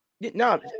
No